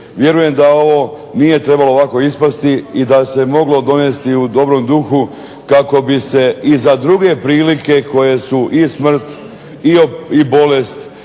Vjerujem da ovo nije trebalo ovako ispasti i da se moglo donesti u dobrom duhu kako bi se i za druge prilike koje su i smrt i bolest